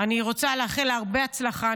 אני רוצה לאחל לה הרבה הצלחה.